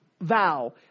vow